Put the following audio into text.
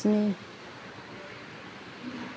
स्नि